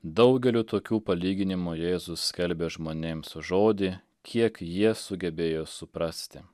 daugeliu tokių palyginimų jėzus skelbia žmonėms žodį kiek jie sugebėjo suprasti